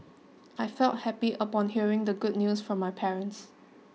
I felt happy upon hearing the good news from my parents